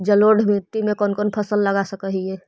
जलोढ़ मिट्टी में कौन कौन फसल लगा सक हिय?